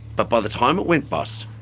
but by the time it went bust,